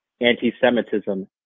anti-Semitism